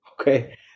okay